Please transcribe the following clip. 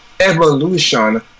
evolution